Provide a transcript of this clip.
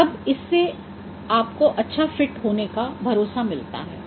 तब इससे आपको अच्छा फिट होने का भरोसा मिलता है